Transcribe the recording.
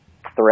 threat